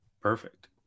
perfect